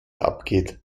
abgeht